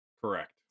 Correct